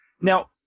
Now